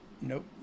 Nope